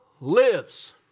lives